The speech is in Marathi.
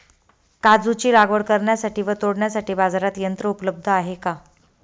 काजूची लागवड करण्यासाठी व तोडण्यासाठी बाजारात यंत्र उपलब्ध आहे का?